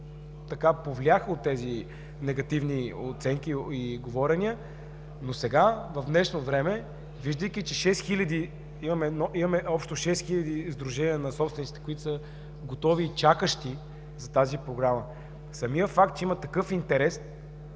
се повлияха от тези негативни оценки и говорения. Сега, в днешно време, виждайки, че 6 хиляди – имаме общо 6 хиляди сдружения на собствениците, които са готови, чакащи за тази Програма, самият факт, че има такъв интерес,